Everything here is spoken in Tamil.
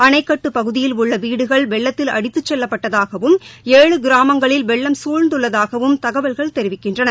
அணைக்கட்டுப் பகுதியில் உள்ள வீடுகள் வெள்ளத்தில் அடித்துச் செல்லப்பட்டதாகவும் ஏழு கிராமங்களில் வெள்ளம் சூழ்ந்துள்ளதாகவும் தகவல்கள் தெரிவிக்கின்றன